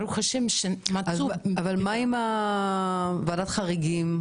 מה עם וועדת החריגים?